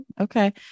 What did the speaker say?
okay